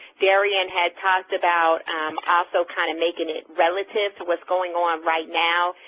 darien had talked about also kind of making it relative to what's going on right now,